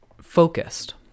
focused